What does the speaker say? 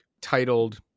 titled